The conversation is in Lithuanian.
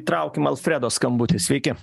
traukim alfredo skambutį sveiki